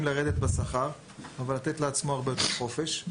לרדת בשכר אבל לתת לעצמו הרבה יותר חופש,